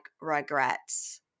regrets